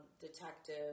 Detective